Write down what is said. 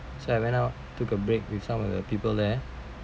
so I went out took a break with some of the people there